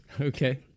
Okay